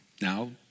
Now